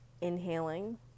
inhaling